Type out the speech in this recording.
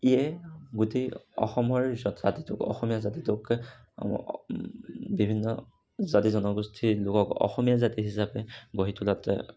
ইয়ে গোটেই অসমৰ জাতিটোক অসমীয়া জাতিটোক বিভিন্ন জাতি জনগোষ্ঠীৰ লোকক অসমীয়া জাতি হিচাপে গঢ়ি তোলাত